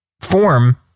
form